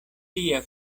tia